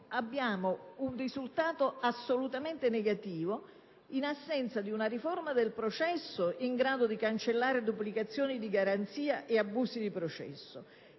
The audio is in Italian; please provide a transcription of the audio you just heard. abbiamo un risultato assolutamente negativo in assenza di una riforma del processo in grado di cancellare duplicazioni di garanzia e abusi di processo,